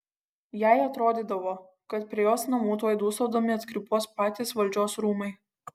jai atrodydavo kad prie jos namų tuoj dūsaudami atkrypuos patys valdžios rūmai